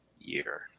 year